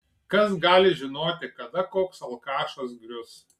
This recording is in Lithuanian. kas gali žinoti kada koks alkašas grius